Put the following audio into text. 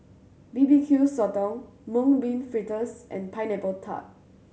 B B Q Sotong Mung Bean Fritters and Pineapple Tart